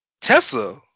Tessa